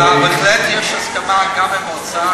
אז בהחלט יש הסכמה גם עם האוצר,